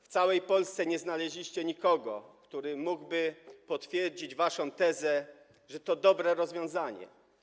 W całej Polsce nie znaleźliście nikogo, kto mógłby potwierdzić waszą tezę, że to dobre rozwiązanie.